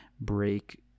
break